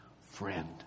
friend